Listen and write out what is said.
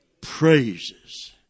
praises